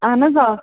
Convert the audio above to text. اہن حظ آ